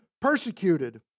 persecuted